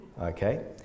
Okay